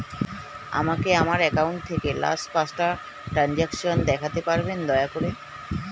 আমাকে আমার অ্যাকাউন্ট থেকে লাস্ট পাঁচটা ট্রানজেকশন দেখাতে পারবেন দয়া করে